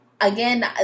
again